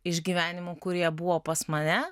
išgyvenimų kurie buvo pas mane